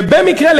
ובמקרה,